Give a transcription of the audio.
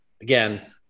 again